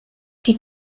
die